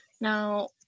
Now